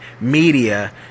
media